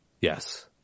yes